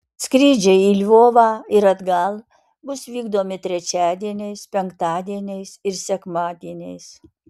skrydžiai į lvovą ir atgal bus vykdomi trečiadieniais penktadieniais ir sekmadieniais